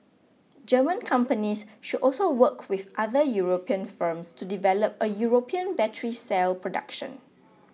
German companies should also work with other European firms to develop a European battery cell production